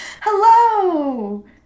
Hello